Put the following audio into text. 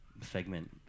segment